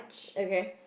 okay